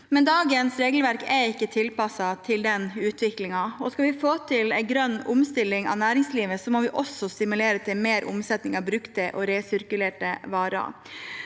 Dagens regelverk er ikke tilpasset denne utviklingen. Skal vi få til en grønn omstilling av næringslivet, må vi også stimulere til mer omsetning av brukte og resirku lerte varer,